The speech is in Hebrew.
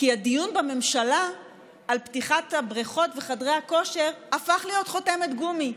כי הדיון בממשלה על פתיחת הבריכות וחדרי הכושר הפך להיות חותמת גומי.